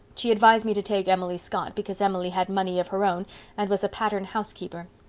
she advised me to take emily scott because emily had money of her own and was a pattern housekeeper.